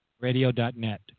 Radio.net